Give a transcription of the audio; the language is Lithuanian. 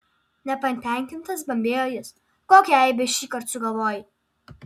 nepatenkintas bambėjo jis kokią eibę šįkart sugalvojai